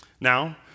Now